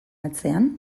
atzean